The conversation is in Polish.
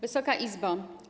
Wysoka Izbo!